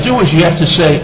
do is you have to say